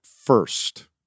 first